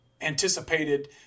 anticipated